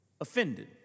offended